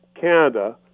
Canada